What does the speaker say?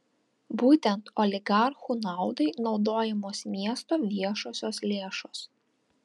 būtent oligarchų naudai naudojamos miesto viešosios lėšos